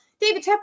David